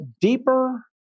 deeper